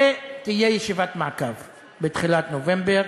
ותהיה ישיבת מעקב בתחילת נובמבר.